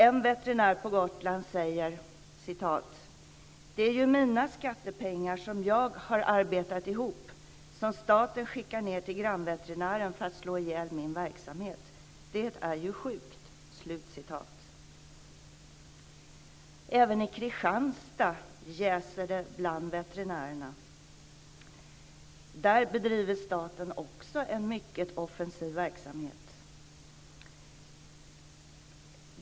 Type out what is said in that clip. En veterinär på Gotland säger: Det är ju mina skattepengar som jag har arbetat ihop som staten skickar ned till grannveterinären för att slå ihjäl min verksamhet. Det är ju sjukt. Även i Kristianstad jäser det bland veterinärerna. Där bedriver staten också en mycket offensiv verksamhet.